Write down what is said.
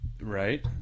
Right